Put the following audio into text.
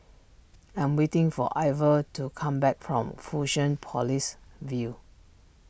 I am waiting for Iver to come back from fusion View